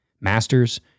Masters